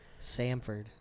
Samford